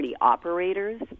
operators